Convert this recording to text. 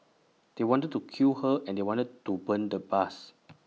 they wanted to kill her and they wanted to burn the bus